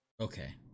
okay